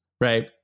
right